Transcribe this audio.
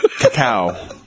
cacao